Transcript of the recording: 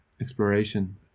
exploration